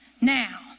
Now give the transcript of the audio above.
now